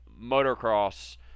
motocross